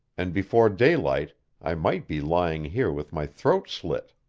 and before daylight i might be lying here with my throat slit.